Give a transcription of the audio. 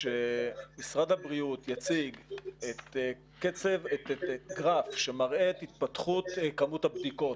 שמשרד הבריאות יציג גרף שמראה את התפתחות כמות הבדיקות,